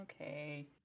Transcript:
Okay